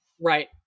Right